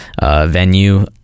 venue